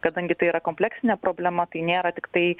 kadangi tai yra kompleksinė problema tai nėra tiktai